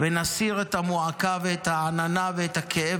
-- ונסיר את המועקה ואת העננה ואת הכאב